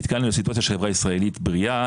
נתקלנו בסיטואציה של חברה ישראלית בריאה